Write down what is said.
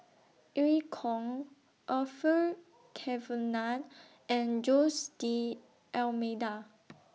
EU Kong Orfeur Cavenagh and Jose D'almeida